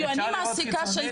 אפשר לראות את זה חיצונית?